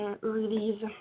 release